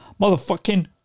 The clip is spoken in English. Motherfucking